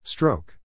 Stroke